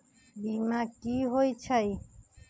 बीमा कि होई छई?